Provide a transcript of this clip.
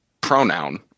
pronoun